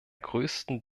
größten